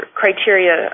criteria